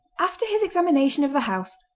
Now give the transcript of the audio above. after his examination of the house,